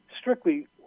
strictly